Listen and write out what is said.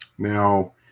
Now